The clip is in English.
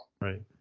Right